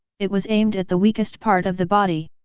it was aimed at the weakest part of the body.